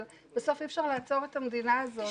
אבל בסוף אי אפשר לעצור את המדינה הזאת.